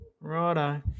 Righto